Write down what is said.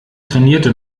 trainierte